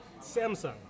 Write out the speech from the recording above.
Samsung